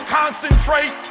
concentrate